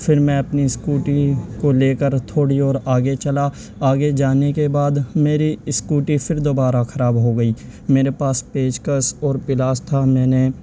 پھر میں اپنی اسکوٹی کو لے کر تھوڑی اور آگے چلا آگے جانے کے بعد میری اسکوٹی پھر دوبارہ خراب ہو گئی میرے پاس پیچ کس اور پلاس تھا میں نے